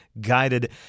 guided